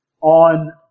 on